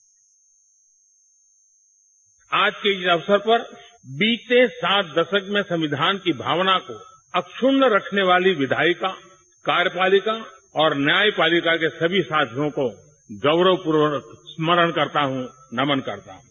bite प्रधानमंत्री आज के इस अवसर पर बीते सात दशक में संविधान की भावना को अक्षुण्य रखने वाली विधायिका कार्यपालिका और न्यायपालिका के सभी साथियों को गौरवपूर्वक स्मरण करता हूं नमन करता हूं